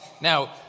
Now